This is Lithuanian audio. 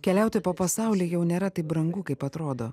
keliauti po pasaulį jau nėra taip brangu kaip atrodo